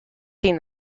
seen